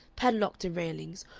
padlocked to railings,